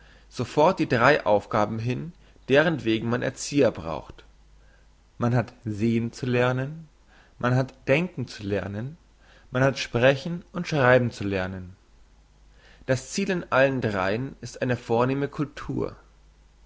sofort die drei aufgaben hin derentwegen man erzieher braucht man hat sehen zu lernen man hat denken zu lernen man hat sprechen und schreiben zu lernen das ziel in allen dreien ist eine vornehme cultur